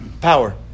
Power